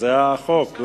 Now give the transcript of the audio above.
זה החוק.